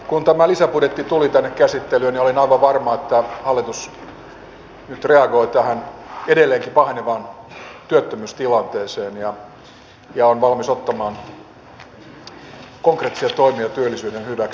kun tämä lisäbudjetti tuli tänne käsittelyyn olin aivan varma että hallitus nyt reagoi tähän edelleenkin pahenevaan työttömyystilanteeseen ja on valmis ottamaan konkreettisia toimia työllisyyden hyväksi